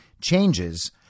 changes